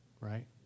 right